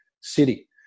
City